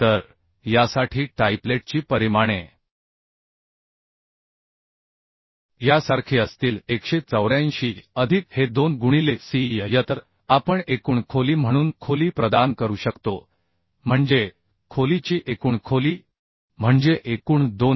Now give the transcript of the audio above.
तर यासाठी टाइपलेटची परिमाणे यासारखी असतील 184 अधिक हे 2 गुणिले C y y तर आपण एकूण खोली म्हणून खोली प्रदान करू शकतो म्हणजे खोलीची एकूण खोली म्हणजे एकूण 231